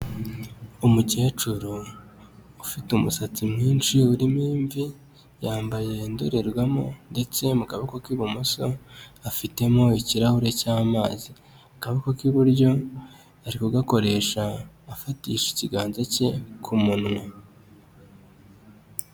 Umukecuru ufite umusatsi mwinshi urimo imvi, yambaye indorerwamo ndetse mu kaboko k'ibumoso afitemo ikirahure cy'amazi, akaboko k'iburyo ari kugakoresha afatisha ikiganza cye ku munwa.